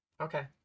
Okay